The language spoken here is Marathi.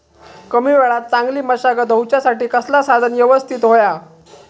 कमी वेळात चांगली मशागत होऊच्यासाठी कसला साधन यवस्तित होया?